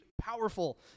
powerful